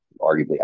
arguably